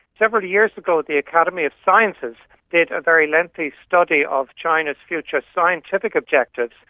several years ago the academy of sciences did a very lengthy study of china's future scientific objectives,